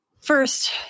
first